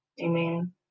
Amen